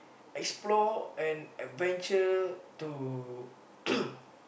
explore an adventure to